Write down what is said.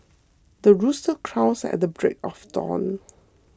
the rooster crows at the break of dawn